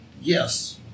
Yes